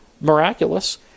miraculous